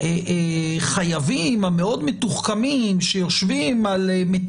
אבל המשמעות היא שיוציאו הרבה יותר דברים מהבית,